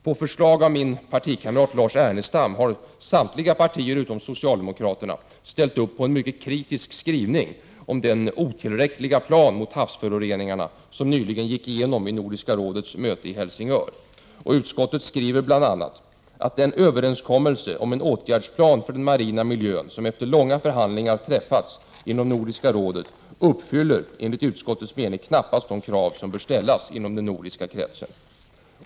På förslag av min partikamrat Lars Ernestam har samtliga partier utom socialdemokraterna ställt upp på en mycket kritisk skrivning om den otillräckliga plan mot havsföroreningarna som nyligen gick igenom vid Nordiska rådets möte i Helsingör. Utskottet skriver bl.a.: ”Den överenskommelse om en åtgärdsplan för den marina miljö som efter långa förhandlingar träffats inom Nordiska rådet uppfyller enligt utskottets mening knappast de krav som bör ställas inom den nordiska kretsen.